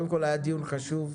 קודם כול, היה דיון חשוב.